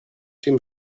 dem